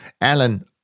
Alan